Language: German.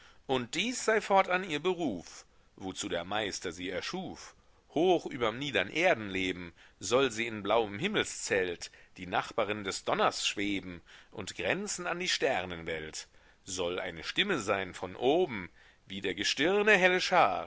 und dies sei fortan ihr beruf wozu der meister sie erschuf hoch überm niedern erdenleben soll sie in blauem himmelszelt die nachbarin des donners schweben und grenzen an die sternenwelt soll eine stimme sein von oben wie der gestirne helle schar